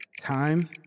Time